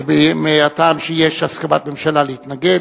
מהטעם שיש הסכמת ממשלה, להתנגד.